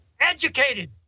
educated